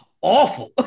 awful